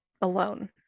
alone